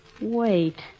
Wait